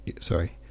sorry